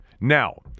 Now